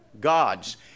gods